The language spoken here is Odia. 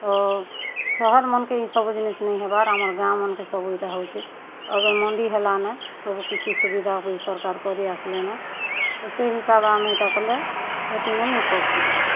ତ ସହର ମନ୍କେ ଇ ସବୁ ଜିନିଷ୍ ନେଇଁ ହେବାର୍ ଆମର୍ ଗାଁ ମାନ୍କେ ସବୁ ଇଟା ହଉଛେ ତ ଏବେ ମଣ୍ଡି ହେଲାନେ ସବୁ କିଛି ସୁବିଧା ବି ସର୍କାର୍ କରି ଆସ୍ଲେ ନେ ତ ସେ ହିସାବ୍ରେ ଆମେ ଇଟା କଲେ କ୍ଷତିନେ ନାଇଁ ପଡ଼୍ତୁ